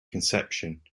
conception